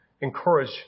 encourage